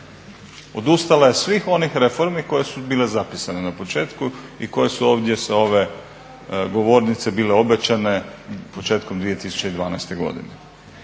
odustala je od svih onih reformi koje su bile zapisane na početku i koje su ovdje sa ove govornice bile obećane početkom 2012. godine.